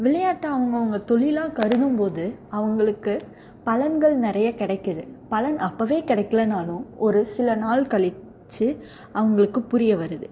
விளையாட்டை அவங்கவங்க தொழிலாக கருதும் போது அவங்களுக்கு பலன்கள் நிறைய கிடைக்குது பலன் அப்போவே கிடைக்கலனாலும் ஒரு சில நாள் கழித்து அவங்களுக்கு புரிய வருது